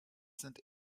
sind